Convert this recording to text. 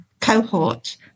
cohort